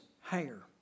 hair